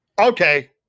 Okay